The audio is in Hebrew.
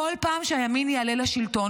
בכל פעם שהימין יעלה לשלטון,